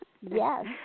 Yes